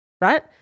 right